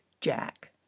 jack